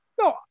No